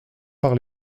par